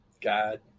God